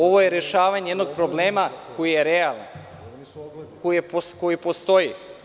Ovo je rešavanje jednog problema koji je realan, koji postoji.